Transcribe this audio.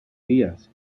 vías